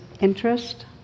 interest